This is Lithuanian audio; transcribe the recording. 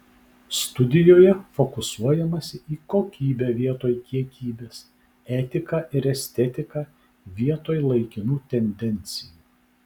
studijoje fokusuojamasi į kokybę vietoj kiekybės etiką ir estetiką vietoj laikinų tendencijų